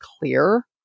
clear